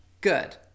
good